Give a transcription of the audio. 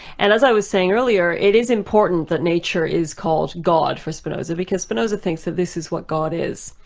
and as i was saying earlier, it is important that nature is called god for spinoza, because spinoza thinks that this is what god is.